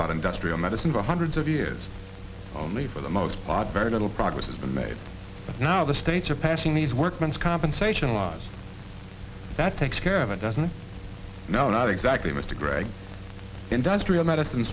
about industrial medicine for hundreds of years only for the most odd very little progress has been made but now the states are passing these workmen's compensation laws that takes care of it doesn't know not exactly mr gray industrial medi